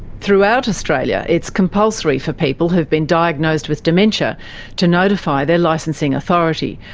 throughout australia it's compulsory for people who've been diagnosed with dementia to notify their licensing authority,